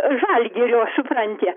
žalgirio supranti